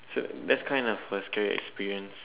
so that's kind of a scary experience